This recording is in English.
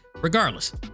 Regardless